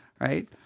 right